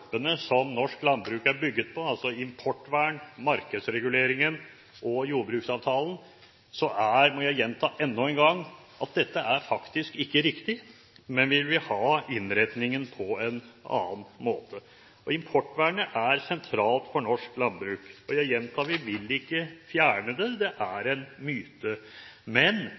som norsk landbruk er bygget på, importvernet, markedsreguleringen og jordbruksavtalen, så er – og dette må jeg gjenta enda en gang – dette faktisk ikke riktig. Vi vil ha innretningen på en annen måte. Importvernet er sentralt for norsk landbruk. Jeg gjentar: Vi vil ikke fjerne det, det er en myte. Men